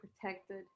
protected